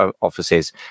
offices